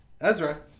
Ezra